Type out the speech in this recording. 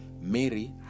Mary